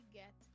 get